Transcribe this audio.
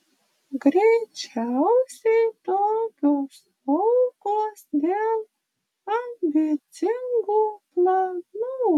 greičiausiai tokios aukos dėl ambicingų planų